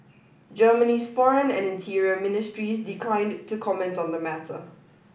Germany's foreign and interior ministries declined to comment on the matter